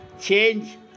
Change